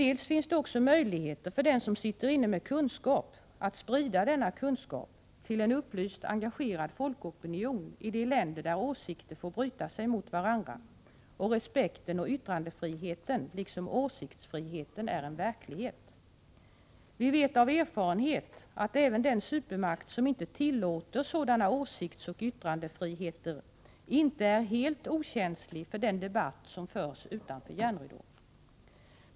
Dessutom finns det möjligheter för dem som sitter inne med kunskap att sprida denna kunskap till en upplyst, engagerad folkopinion i de länder där åsikter får bryta sig mot varandra och respekten och yttrandefriheten liksom åsiktsfriheten är en verklighet. Vi vet av erfarenhet att även den supermakt som inte tillåter en sådan åsiktsoch yttrandefrihet inte är helt okänslig för den debatt som förs utanför järnridån.